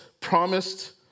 promised